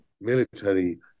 military